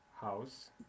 house